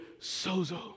sozo